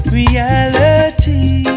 reality